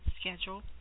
schedule